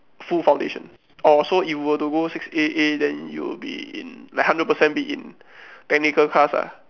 full foundation orh so you were to go six A A then you would be in like hundred percent be in technical class ah